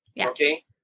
Okay